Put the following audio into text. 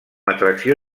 atracció